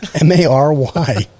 M-A-R-Y